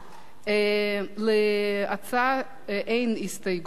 להצעה אין הסתייגויות,